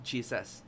Jesus